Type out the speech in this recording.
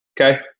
Okay